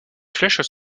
flèches